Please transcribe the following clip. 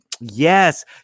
yes